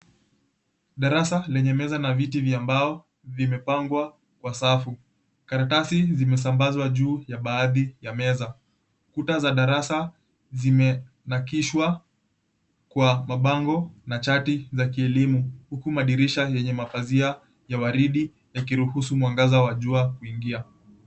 Darasa lenye meza na viti vya mbao vimepangwa kwa safu, karatasi zimesambazwa juu ya baadhi ya meza. Kuta za darasa zimenakishwa kwa mabango na chati za kieleimu huku madirisha yenye mapazia ya waridi yakiruhusu mwangaza wa jua kuingia.